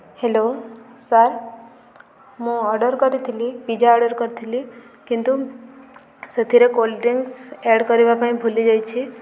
hello sir ମୁଁ order କରିଥିଲି pizza order କରିଥିଲି କିନ୍ତୁ ସେଥିରେ କୋଲ୍ଡ ଡ୍ରିଙ୍କ୍ସ ଆଡ଼୍ କରିବା ପାଇଁ ଭୁଲିଯାଇଛି